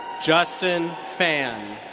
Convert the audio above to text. justin phan.